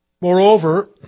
Moreover